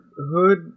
hood